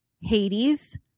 hades